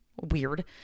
weird